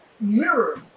mirror